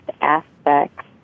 aspects